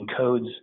encodes